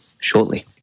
shortly